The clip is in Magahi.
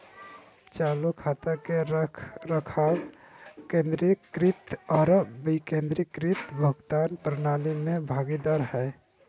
चालू खाता के रखरखाव केंद्रीकृत आरो विकेंद्रीकृत भुगतान प्रणाली में भागीदार हइ